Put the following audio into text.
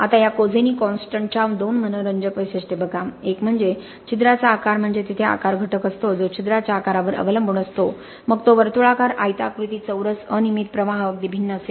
आता ह्या Kozeny constant च्या दोन मनोरंजक वैशिष्ट्ये बघा एक म्हणजे छिद्राचा आकार म्हणजे तेथे आकार घटक असतो जो छिद्राच्या आकारावर अवलंबून असतो मग ते वर्तुळाकार आयताकृती चौरस अनियमित प्रवाह अगदी भिन्न असेल